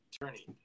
attorney